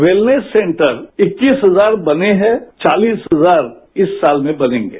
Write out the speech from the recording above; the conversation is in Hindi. वेलनेस सेंटर इक्कीस हजार बने हैं चालीस हजार इस साल में बनेंगे